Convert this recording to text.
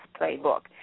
playbook